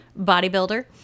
bodybuilder